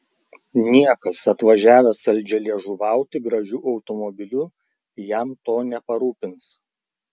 niekas atvažiavęs saldžialiežuvauti gražiu automobiliu jam to neparūpins